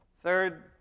Third